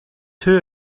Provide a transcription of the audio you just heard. who